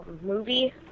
movie